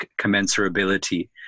commensurability